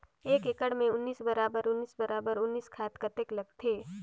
एक एकड़ मे उन्नीस बराबर उन्नीस बराबर उन्नीस खाद कतेक लगथे?